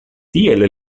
tiel